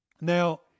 Now